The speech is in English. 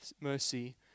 mercy